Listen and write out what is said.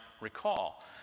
recall